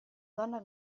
donna